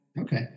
Okay